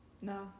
no